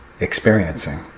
experiencing